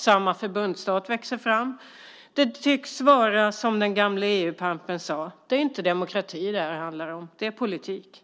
Samma förbundsstat växer fram. Det tycks vara som den gamle EU-pampen sade: Det är inte demokrati det här handlar om, det är politik.